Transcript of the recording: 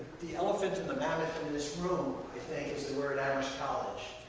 the elephant in the mammoth in this room if they use the word i was college. ah,